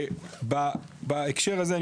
בהקשר הזה,